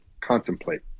contemplate